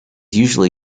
usually